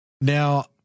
Now